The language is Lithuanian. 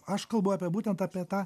aš kalbu apie būtent apie tą